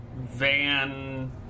Van